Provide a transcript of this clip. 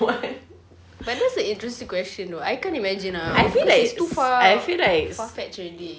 but that's an interesting question though I can't imagine ah cause it's too far far fetched already